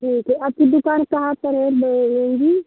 ठीक है आपकी दुकान कहाँ पर है मैं आउंगी